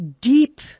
deep